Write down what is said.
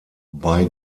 bei